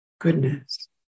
goodness